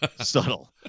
subtle